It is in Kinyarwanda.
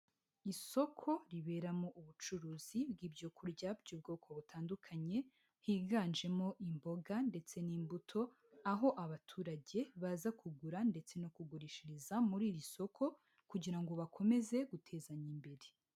Isoko riberamo ubucuruzi bw'ibyo kurya by'ubwoko butandukanye, higanjemo imboga ndetse n'imbuto, aho abaturage baza kugura ndetse no kugurishiriza muri iri soko kugira ngo bakomeze gutezanya imbere.